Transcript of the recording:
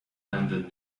landed